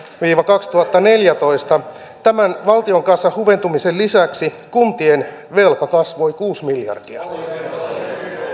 viiva kaksituhattaneljätoista valtion kassan huventumisen lisäksi kuntien velka kasvoi kuusi miljardia